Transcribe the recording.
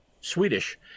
Swedish